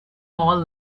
mall